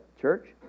church